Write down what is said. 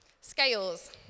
Scales